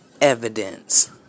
evidence